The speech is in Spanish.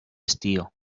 estío